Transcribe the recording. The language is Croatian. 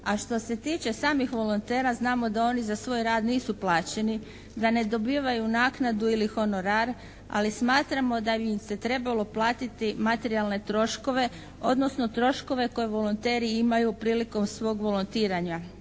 A što se tiče samih volontera znamo a oni za svoj rad nisu plaćeni, da ne dobivaju naknadu ili honorar, ali smatramo da bi im se trebalo platiti materijalne troškove, odnosno troškove koje volonteri imaju prilikom svog volontiranja,